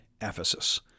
Ephesus